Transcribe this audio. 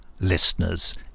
Listeners